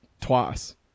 twice